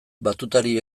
batutari